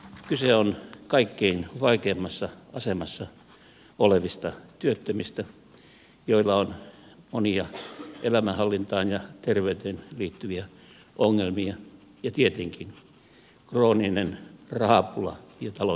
kyse on kaikkein vaikeimmassa asemassa olevista työttömistä joilla on monia elämänhallintaan ja terveyteen liittyviä ongelmia ja tietenkin krooninen rahapula ja talousvaikeudet